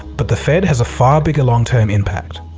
but the fed has a far bigger long-term impact.